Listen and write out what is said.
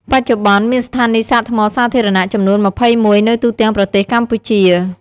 បច្ចុប្បន្ន មានស្ថានីយ៍សាកថ្មសាធារណៈចំនួន ២១ នៅទូទាំងប្រទេសកម្ពុជា។